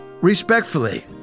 respectfully